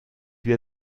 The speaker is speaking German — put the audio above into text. wir